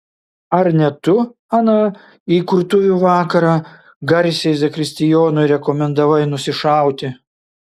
ar ne tu aną įkurtuvių vakarą garsiai zakristijonui rekomendavai nusišauti